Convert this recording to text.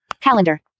Calendar